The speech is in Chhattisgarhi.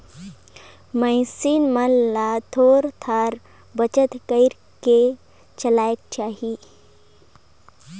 मइनसे मन ल थोर थार बचत कइर के चलना चाही